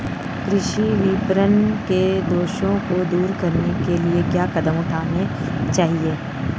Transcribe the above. कृषि विपणन के दोषों को दूर करने के लिए क्या कदम उठाने चाहिए?